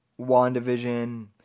WandaVision